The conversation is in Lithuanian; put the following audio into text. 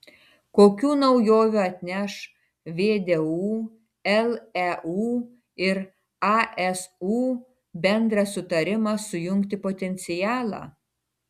kokių naujovių atneš vdu leu ir asu bendras sutarimas sujungti potencialą